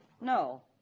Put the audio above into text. No